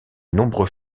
nombreux